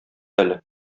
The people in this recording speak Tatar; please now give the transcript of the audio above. әле